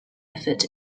effort